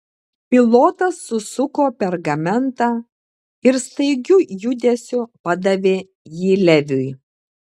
pilotas susuko pergamentą ir staigiu judesiu padavė jį leviui